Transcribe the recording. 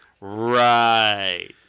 Right